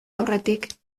aurretik